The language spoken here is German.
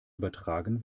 übertragen